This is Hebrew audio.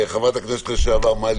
חברת הכנסת לשעבר מלי